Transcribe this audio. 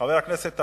חבר הכנסת אקוניס,